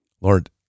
Lord